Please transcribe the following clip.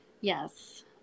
yes